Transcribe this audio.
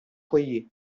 foyer